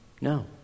No